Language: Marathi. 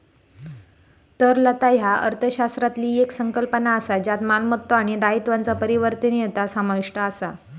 तरलता ह्या अर्थशास्त्रातली येक संकल्पना असा ज्यात मालमत्तो आणि दायित्वांचा परिवर्तनीयता समाविष्ट असा